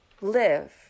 live